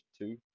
two